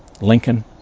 lincoln